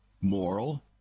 moral